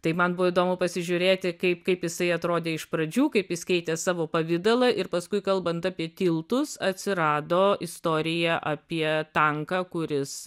tai man buvo įdomu pasižiūrėti kaip kaip jisai atrodė iš pradžių kaip jis keitė savo pavidalą ir paskui kalbant apie tiltus atsirado istorija apie tanką kuris